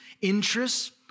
interests